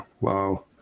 wow